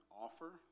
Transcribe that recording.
offer